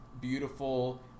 beautiful